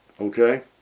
Okay